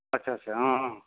আচ্ছা আচ্ছা অঁ অঁ